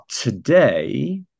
today